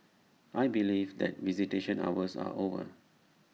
I believe that visitation hours are over